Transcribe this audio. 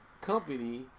company